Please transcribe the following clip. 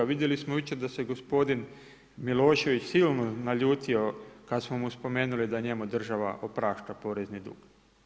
Vidjeli smo jučer da se gospodin Milošević silno naljutio kada smo mu spomenuli da njemu država oprašta porezni dug.